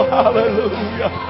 hallelujah